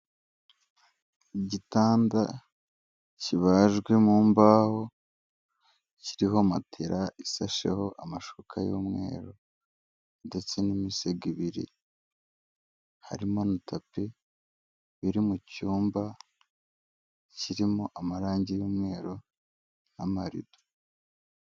Igitanda kibajwe mu mbaho kiriho matera isasheho amashuka y'umweru ndetse n'imisego ibiri, harimo na tapi, biri mu cyumba kirimo amarangi y'umweru n'amarido.